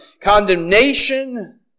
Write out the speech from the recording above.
condemnation